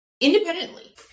independently